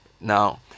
Now